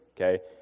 okay